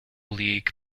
league